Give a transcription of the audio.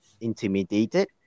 intimidated